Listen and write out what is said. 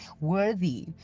worthy